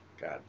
God